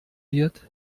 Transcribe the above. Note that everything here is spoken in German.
wird